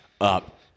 up